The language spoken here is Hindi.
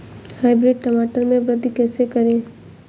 हाइब्रिड टमाटर में वृद्धि कैसे करें?